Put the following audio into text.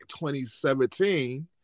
2017